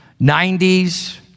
90s